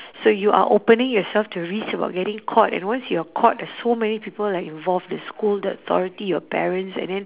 so you are opening yourself to risk about getting caught and once you're caught there's so many people that involve the school the authority your parents and then